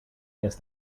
guess